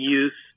use